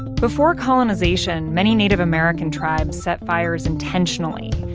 before colonization, many native american tribes set fires intentionally,